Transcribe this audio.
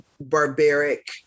barbaric